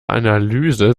analyse